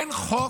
אין חוק,